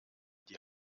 die